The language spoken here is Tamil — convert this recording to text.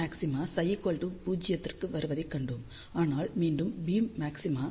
பீம் மாக்ஸிமா ψ 0 க்கு வருவதைக் கண்டோம் ஆனால் மீண்டும் பீம் மாக்சிமா ψ 2π போது வரும்